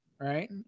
right